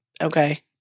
Okay